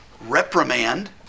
reprimand